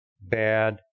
bad